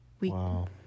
Wow